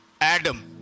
Adam